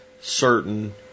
certain